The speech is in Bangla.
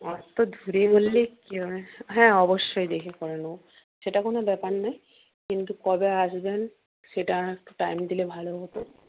অত দূরে বললে কী হবে হ্যাঁ অবশ্যই দেখে করে নেব সেটা কোনো ব্যাপার নয় কিন্তু কবে আসবেন সেটা একটু টাইম দিলে ভালো হতো